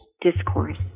discourse